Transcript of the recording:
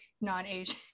non-Asian